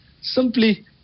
simply